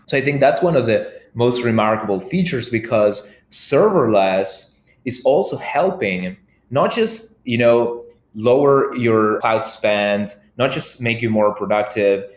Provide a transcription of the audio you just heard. i think that's one of the most remarkable features, because serverless is also helping not just you know lower your cloud spend. not just make you more productive,